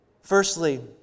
Firstly